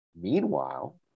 Meanwhile